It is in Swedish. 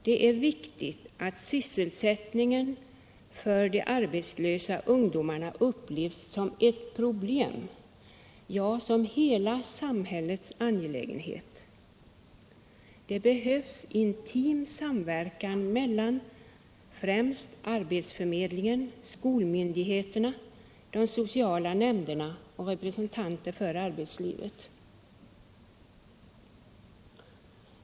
Det är viktigt att sysselsättningen för de arbetslösa ungdomarna upplevs som ett problem, ja, som hela samhällets angelägenhet. Det behövs intim samverkan mellan främst arbetsförmedlingen, skolmyndigheterna, de sociala nämnderna och representanter för arbetslivet.